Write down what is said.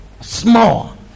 small